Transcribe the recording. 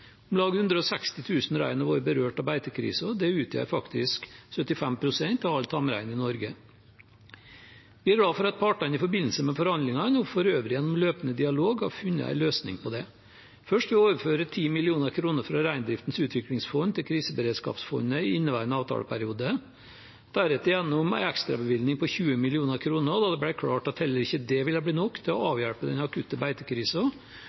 Om lag 160 000 rein har vært berørt av beitekrisen. Det utgjør faktisk 75 pst. av all tamrein i Norge. Jeg er glad for at partene i forbindelse med forhandlingene og for øvrig gjennom løpende dialog har funnet en løsning på det, først ved å overføre 10 mill. kr fra Reindriftens utviklingsfond til kriseberedskapsfondet i inneværende avtaleperiode, deretter gjennom en ekstrabevilgning på 20 mill. kr, da det ble klart at heller ikke det ville bli nok til å avhjelpe den akutte